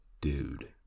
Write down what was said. Dude